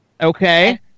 Okay